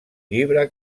llibre